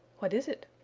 what is it?